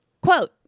quote